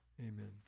amen